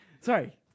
Sorry